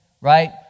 right